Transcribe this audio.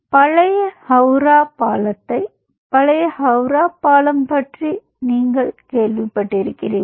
பழைய ஹவுரா பாலத்தை பழைய ஹவுரா பாலம் பற்றி நீங்கள் கேள்விப்பட்டிருக்கிறீர்கள்